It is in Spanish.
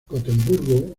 gotemburgo